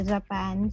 Japan